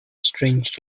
strange